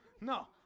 No